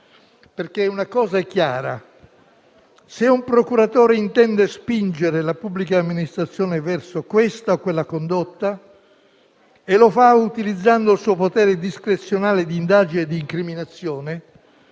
perché una cosa è chiara: se un procuratore intende spingere la pubblica amministrazione verso questa o quella condotta e lo fa utilizzando il suo potere discrezionale di indagine e di incriminazione,